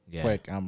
Quick